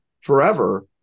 forever